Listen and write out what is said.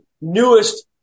newest